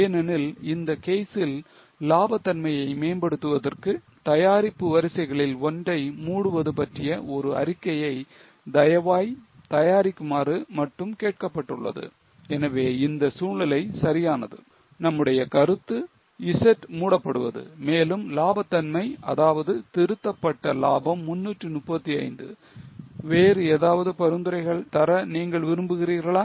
ஏனெனில் இந்த கேசில் லாப தன்மையை மேம்படுத்துவதற்கு தயாரிப்பு வரிசைகளில் ஒன்றை மூடுவது பற்றிய ஒரு அறிக்கையை தயவாய் தயாரிக்குமாறு மட்டும் கேட்கப்பட்டுள்ளது எனவே இந்த சூழ்நிலை சரியானது நம்முடைய கருத்து Z மூடப்படுவது மேலும் லாபதன்னை அதாவது திருத்தப்பட்ட லாபம் 335 வேறு ஏதாவது பரிந்துரைகள் நீங்கள் தர விரும்புகிறீர்களா